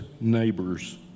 neighbors